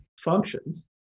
functions